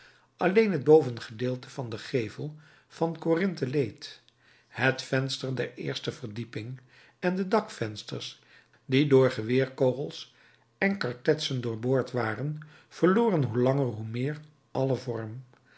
alleen het bovengedeelte van den gevel van corinthe leed het venster der eerste verdieping en de dakvensters die door geweerkogels en kartetsen doorboord waren verloren hoe langer hoe meer allen vorm